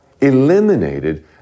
eliminated